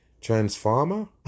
transformer